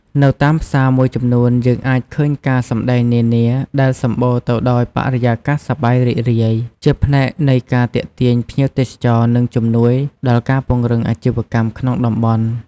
នៅតាមផ្សារមួយចំនួន យើងអាចឃើញការសំដែងនានាដែលសម្បូរទៅដោយបរិយាកាសសប្បាយរីករាយ ជាផ្នែកនៃការទាក់ទាញភ្ញៀវទេសចរ និងជំនួយដល់ការពង្រឹងអាជីវកម្មក្នុងតំបន់។